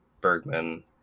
Bergman